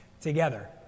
together